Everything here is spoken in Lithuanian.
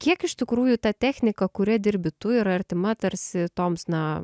kiek iš tikrųjų ta technika kuria dirbi tu yra artima tarsi toms na